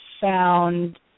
found